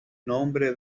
nombre